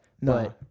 No